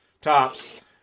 tops